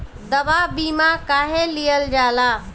दवा बीमा काहे लियल जाला?